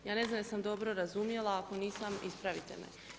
Ja ne znam jesam li dobro razumjela, ako nisam, ispravite me.